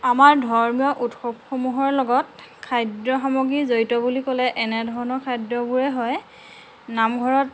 আমাৰ ধৰ্মীয় উৎসৱসমূহৰ লগত খাদ্য সামগ্ৰী জড়িত বুলি ক'লে এনেধৰণৰ খাদ্যবোৰে হয় নামঘৰত